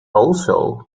also